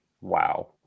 Wow